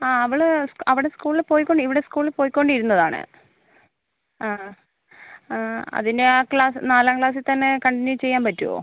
ആ അവൾ അവിടെ സ്കൂളിൽ പോയികൊണ്ടി ഇവിടെ സ്കൂളിൽ പോയികൊണ്ടിരുന്നതാണ് ആ അതിനെ ആ ക്ലാസ് നാലം ക്ലാസിൽ തന്നെ കണ്ടിന്യൂ ചെയ്യാൻ പറ്റുവോ